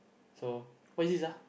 so what is this ah